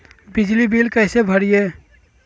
बिजली बिल कैसे भरिए?